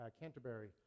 Canterbury